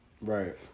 Right